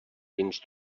dins